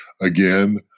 again